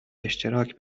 اشتراک